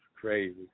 Crazy